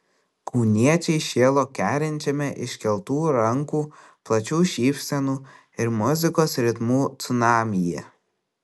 kauniečiai šėlo kerinčiame iškeltų rankų plačių šypsenų ir muzikos ritmų cunamyje